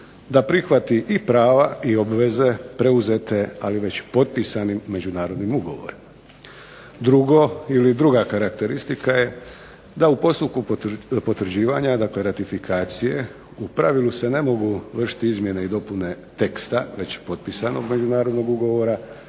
da prihvati i prava i obveze preuzete ali već potpisanim međunarodnim ugovorima. Drugo ili druga karakteristika je da u postupku potvrđivanja, dakle ratifikacije u pravilu se ne mogu vršiti izmjene i dopune teksta već potpisanog međunarodnog ugovora.